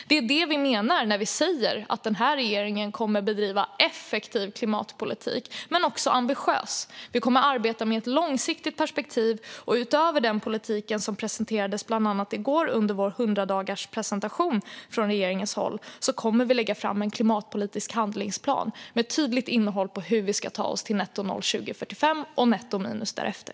Det är vad vi menar när vi säger att den här regeringen kommer att bedriva effektiv och ambitiös klimatpolitik. Vi kommer att arbeta med ett långsiktigt perspektiv. Utöver den politik som presenterades bland annat i går under regeringens 100-dagarspresentation kommer vi att lägga fram en klimatpolitisk handlingsplan med tydligt innehåll på hur vi ska ta oss till nettonoll 2045 och nettominus därefter.